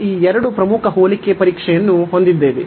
ನಾವು ಈ ಎರಡು ಪ್ರಮುಖ ಹೋಲಿಕೆ ಪರೀಕ್ಷೆಯನ್ನು ಹೊಂದಿದ್ದೇವೆ